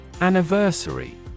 Anniversary